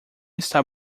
está